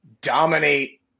dominate